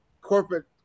corporate